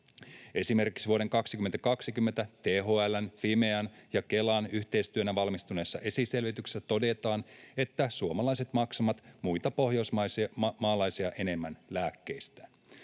Esimerkiksi vuonna 2020 THL:n, Fimean ja Kelan yhteistyönä valmistuneessa esiselvityksessä todetaan, että suomalaiset maksavat lääkkeistä muita pohjoismaalaisia enemmän.